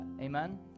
amen